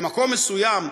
במקום מסוים,